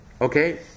Okay